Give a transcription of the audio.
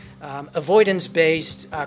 avoidance-based